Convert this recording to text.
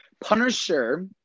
Punisher